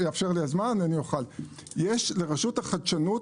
לרשות החדשנות